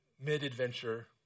mid-adventure